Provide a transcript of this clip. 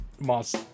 Moss